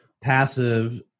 passive